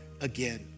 again